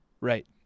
Right